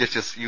justice U